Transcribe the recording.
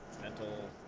mental